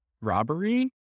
robbery